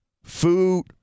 Food